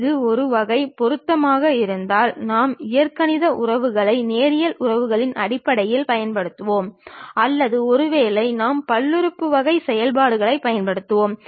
இது ஒரு வளைவு பொருத்தமாக இருந்தால் நாம் இயற்கணித உறவுகளை நேரியல் உறவுகளின் அடிப்படையில் பயன்படுத்துவோம் அல்லது ஒருவேளை நாம் பல்லுறுப்பு செயல்பாடுகளைப் பயன்படுத்துவோம்